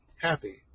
happy